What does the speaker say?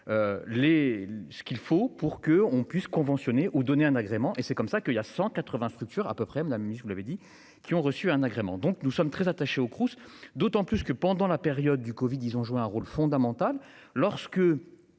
ce qu'il faut pour que on puisse conventionnée ou donner un agrément et c'est comme ça qu'il y a 180 structure à peu près la musique vous l'avez dit, qui ont reçu un agrément donc nous sommes très attachés au Crous d'autant plus que pendant la période du Covid. Ils ont joué un rôle fondamental, lorsque